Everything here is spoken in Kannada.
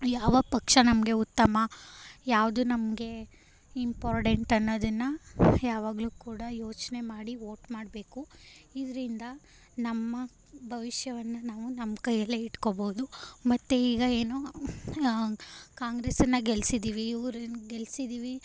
ಯಾವ ಪಕ್ಷ ನಮಗೆ ಉತ್ತಮ ಯಾವುದು ನಮಗೆ ಇಂಪಾರ್ಟೆಂಟ್ ಅನ್ನೋದನ್ನು ಯಾವಾಗಲೂ ಕೂಡ ಯೋಚನೆ ಮಾಡಿ ವೋಟ್ ಮಾಡಬೇಕು ಇದರಿಂದ ನಮ್ಮ ಭವಿಷ್ಯವನ್ನು ನಾವು ನಮ್ಮ ಕೈಯ್ಯಲ್ಲೇ ಇಟ್ಕೊಳ್ಬೋದು ಮತ್ತು ಈಗ ಏನು ಕಾಂಗ್ರೆಸನ್ನು ಗೆಲ್ಸಿದ್ದೀವಿ ಇವ್ರನ್ನ ಗೆಲ್ಸಿದ್ದೀವಿ